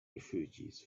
refugees